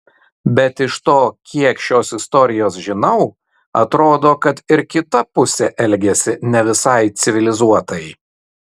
bet iš to kiek šios istorijos žinau atrodo kad ir kita pusė elgėsi ne visai civilizuotai